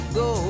go